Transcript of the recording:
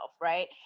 right